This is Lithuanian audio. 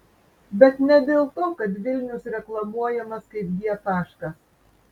bet ne dėl to kad vilnius reklamuojamas kaip g taškas